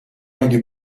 اگه